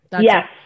Yes